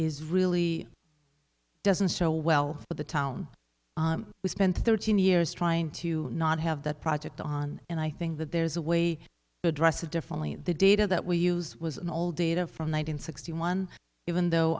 is really doesn't show well with the town we spent thirteen years trying to not have that project on and i think that there's a way to address it differently the data that we use was all data from one hundred sixty one even though